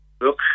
look